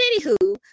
anywho